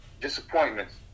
disappointments